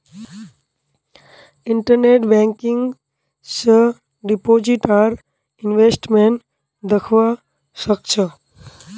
internet banking स deposit आर investment दख्वा स ख छ